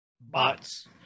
Bots